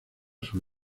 sus